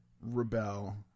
rebel